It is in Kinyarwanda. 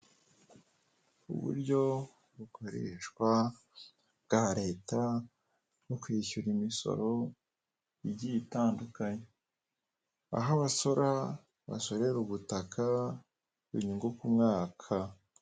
Uburyo bukoreshwa bwa Leta bwo kwishyura imisoro igiye itandukanye, aho abasora basorera ubutaka, inyungu ku mwaka.